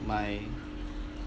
my